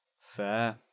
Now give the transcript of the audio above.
Fair